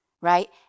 right